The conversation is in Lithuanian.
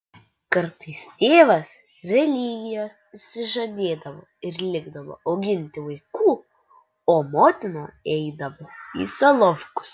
kartais tėvas religijos išsižadėdavo ir likdavo auginti vaikų o motina eidavo į solovkus